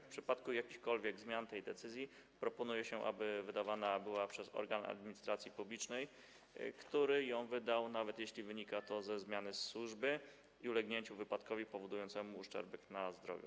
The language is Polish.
W przypadku jakichkolwiek zmian tej decyzji proponuje się, aby była ona wydawana przez organ administracji publicznej, który ją wydał, nawet jeśli zmiana wynika ze zmiany służby i ulegnięcia wypadkowi powodującemu uszczerbek na zdrowiu.